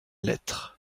lettre